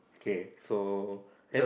have okay so